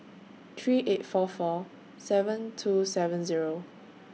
three eight four four seven two seven Zero